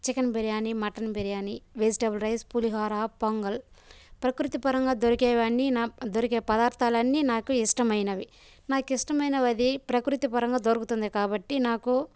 chicken biryani mutton biryani vegetable rice పులిహోర పొంగలి ప్రకృతి పరంగా దొరికేవన్ని నా దొరికే పదార్థాలన్నీ నాకు ఇష్టమైనవి మాకిష్టమైనవది ప్రకృతి పరంగా దొరుకుతుంది కాబట్టి నాకు